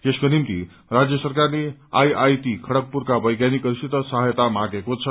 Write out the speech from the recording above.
यसको निम्ति राज्य सरकारले आईआईटी खड्रगपुरका बैज्ञानिकहरूसित सहायता माँगेको छ